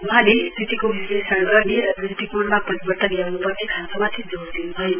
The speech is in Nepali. वहाँले स्थितिको विश्लेषण गर्न र दृष्टिकोणमा परिवर्तन ल्याउन्पर्ने खाँचोमाथि जोड़ दिन्भयो